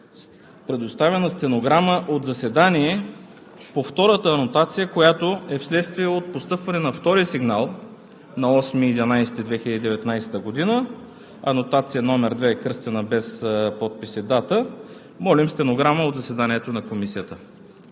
предоставена стенограмата от заседанието по втората анотация, която е вследствие от постъпване на втори сигнал на 8 ноември 2019 г. – анотация № 2 е кръстена, без подпис и дата. Молим за стенограмата от заседанието на Комисията.